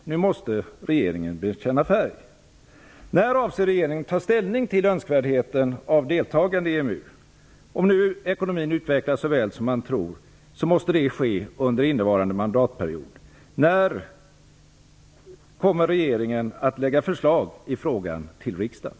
Nu måste regeringen bekänna färg. När avser regeringen att ta ställning till önskvärdheten av deltagande i EMU? Om ekonomin utvecklas så väl som man tror måste det ske under innevarande mandatperiod. När kommer regeringen att lägga fram förslag i frågan till riksdagen?